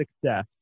success